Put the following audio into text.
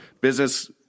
business